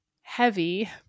heavy